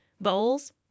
bowls